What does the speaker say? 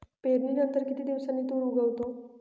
पेरणीनंतर किती दिवसांनी तूर उगवतो?